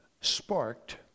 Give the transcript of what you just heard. sparked